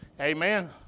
Amen